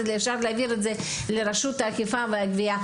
אז אפשר להעבירה לרשות האכיפה והגבייה.